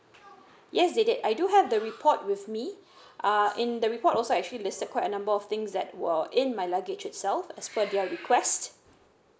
yes they did I do have the report with me err in the report also actually there's a quite a number of things that were in my luggage itself as per their request